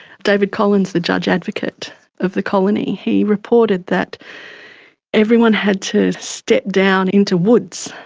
david collins, the judge advocate of the colony, he reported that everyone had to step down into woods,